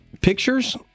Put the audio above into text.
pictures